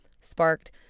sparked